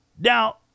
Now